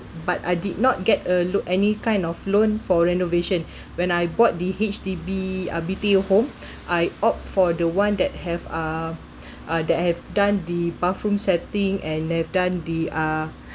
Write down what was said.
but I did not get a loan any kind of loan for renovation when I bought the H_D_B uh B_T_O home I opt for the one that have uh uh that have done the bathroom setting and that have done the uh